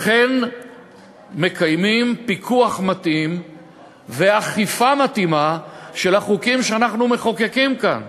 אכן מקיימים פיקוח מתאים ואכיפה מתאימה של החוקים שאנחנו מחוקקים כאן,